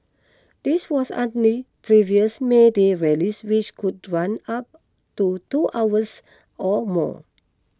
this was previous May Day rallies which could run up to two hours or more